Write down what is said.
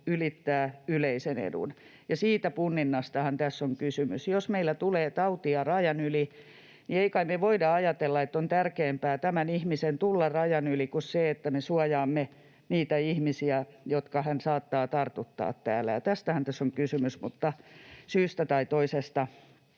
ylittää yleisen edun, ja siitä punninnastahan tässä on kysymys. Jos meillä tulee tautia rajan yli, niin ei kai me voida ajatella, että on tärkeämpää tämän ihmisen tulla rajan yli kuin se, että me suojaamme niitä ihmisiä, jotka hän saattaa tartuttaa täällä. Tästähän tässä on kysymys, mutta syystä tai toisesta